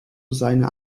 seiner